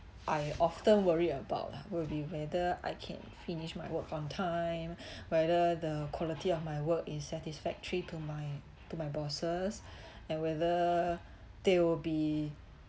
I often worry about lah will be whether I can finish my work on time whether the quality of my work is satisfactory to my to my bosses and whether they will be